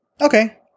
Okay